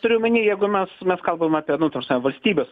turiu omeny jeigu mes mes kalbam apie mu ta prasme valstybės